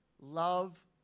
love